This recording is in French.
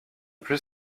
plus